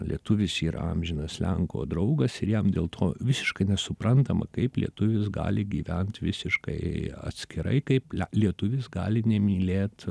lietuvis yra amžinas lenko draugas ir jam dėl to visiškai nesuprantama kaip lietuvis gali gyvent visiškai atskirai kaip lietuvis gali nemylėt